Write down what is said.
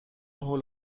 هول